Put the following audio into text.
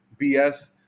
bs